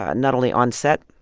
ah not only on set,